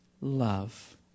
love